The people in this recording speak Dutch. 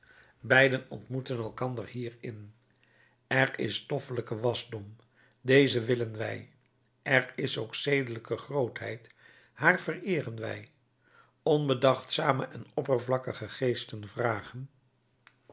beiden ontmoeten elkander hierin er is stoffelijke wasdom dezen willen wij er is ook zedelijke grootheid haar vereeren wij onbedachtzame en oppervlakkige geesten vragen